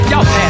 Y'all